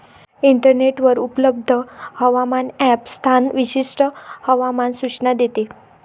इंटरनेटवर उपलब्ध हवामान ॲप स्थान विशिष्ट हवामान सूचना देते